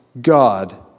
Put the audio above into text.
God